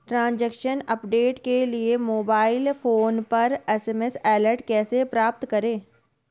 Transaction update के लिए mobile phone पर एस.एम.एस अलर्ट कैसे प्राप्त करें?